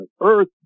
Earth